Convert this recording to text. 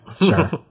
sure